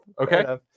Okay